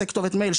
יעשה כתובת מייל,